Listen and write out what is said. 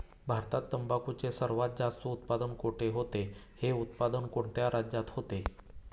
भारतात तंबाखूचे सर्वात जास्त उत्पादन कोठे होते? हे उत्पादन कोणत्या राज्यात होते?